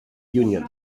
union